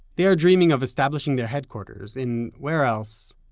they are dreaming of establishing their headquarters, in, where else,